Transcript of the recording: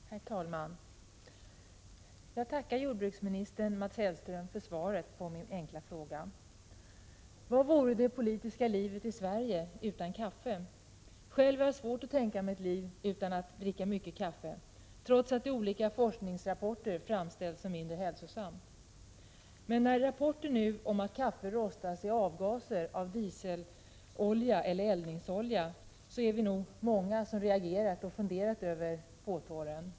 Herr talman! Jag tackar jordbruksminister Mats Hellström för svaret på min fråga. Vad vore det politiska livet i Sverige utan kaffe? Själv har jag svårt att tänka mig ett liv utan att dricka mycket kaffe, trots att detta i olika forskningsrapporter framställts som mindre hälsosamt. Men när det nu förekommer rapporter om att kaffe rostas i avgaser av dieselolja eller eldningsolja, är vi nog många som har reagerat och börjat fundera över påtåren.